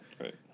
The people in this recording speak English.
Right